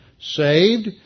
saved